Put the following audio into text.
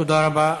תודה רבה.